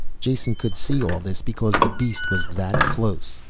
jason could see all this because the beast was that close.